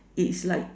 it's like